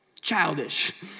childish